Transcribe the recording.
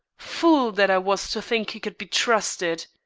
fool that i was to think he could be trusted!